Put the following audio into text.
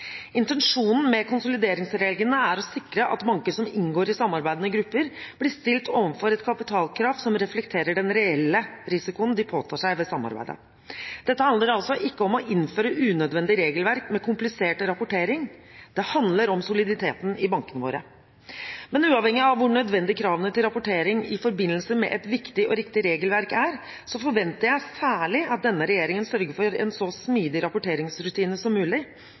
Intensjonen med konsolideringsreglene er å sikre at banker som inngår i samarbeidende grupper, blir stilt overfor et kapitalkrav som reflekterer den reelle risikoen de påtar seg ved samarbeidet. Dette handler altså ikke om å innføre unødvendige regelverk med komplisert rapportering, det handler om soliditeten i bankene våre. Men uavhengig av hvor nødvendige kravene til rapportering i forbindelse med et viktig og riktig regelverk er, så forventer jeg særlig at denne regjeringen sørger for en så smidig rapporteringsrutine som mulig.